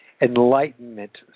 Enlightenment